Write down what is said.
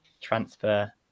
transfer